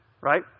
Right